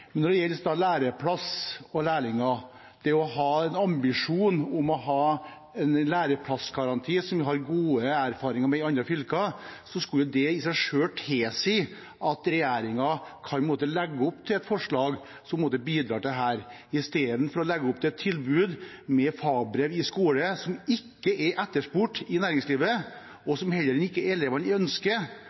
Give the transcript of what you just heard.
det å ha en ambisjon om å ha en læreplassgaranti noe vi har gode erfaringer med i andre fylker, og som i seg selv skulle tilsi at regjeringen kan legge opp til et forslag som bidrar til dette, i stedet for å legge opp til et tilbud med fagbrev i skole, som ikke er etterspurt i næringslivet, og som ikke elevene ønsker. Skolene ønsker det heller ikke, de ønsker